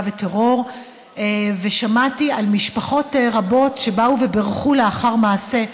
וטרור ושמעתי על משפחות רבות שבאו ובירכו לאחר מעשה.